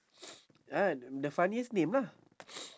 ah the funniest name lah